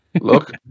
Look